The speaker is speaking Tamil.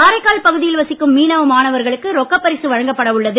காரைக்கால் பகுதியில் வசிக்கும் மீனவ மாணவர்களுக்கு ரொக்கப் பரிசு வழங்கப்பட உள்ளது